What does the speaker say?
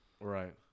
right